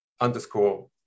underscore